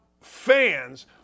fans